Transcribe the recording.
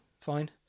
Fine